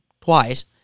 twice